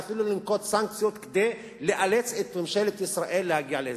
ללחוץ ואפילו לנקוט סנקציות כדי לאלץ את ממשלת ישראל להגיע להסדר.